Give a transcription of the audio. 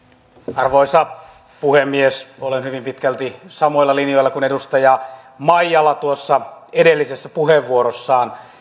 arvoisa puhemies olen hyvin pitkälti samoilla linjoilla kuin edustaja maijala edellisessä puheenvuorossaan